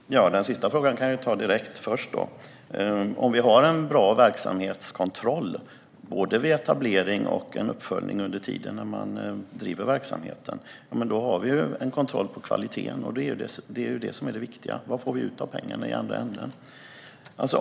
Herr talman! Den sista frågan kan jag ta direkt. Om vi har en bra verksamhetskontroll både vid etablering och genom en uppföljning under tiden när man driver verksamheten har vi en kontroll på kvaliteten. Det är det som är det viktiga. Vad får vi ut av pengarna i andra änden?